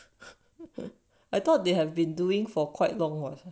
I thought they have been doing for quite long [what]